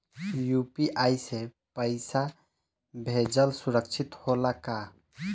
UPI से पैसा भेजल सुरक्षित होला का?